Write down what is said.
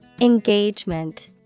Engagement